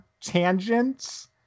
tangents